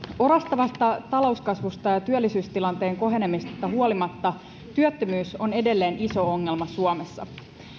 orastavasta talouskasvusta ja työllisyystilanteen kohenemisesta huolimatta työttömyys on edelleen iso ongelma suomessa